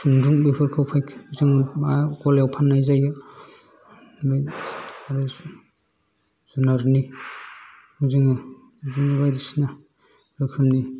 खुन्दुं बेफोरखौ जोङो गलायाव फान्नाय जायो जुनारनि जोङो बिदिनो बायदिसिना रोखोमनि